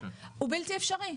הוא בלתי אפשרי.